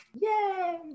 Yay